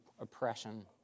oppression